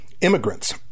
immigrants